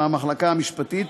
מהמחלקה המשפטית